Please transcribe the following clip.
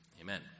Amen